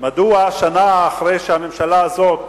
מדוע שנה אחרי שהממשלה הזאת